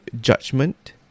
judgment